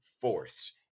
forced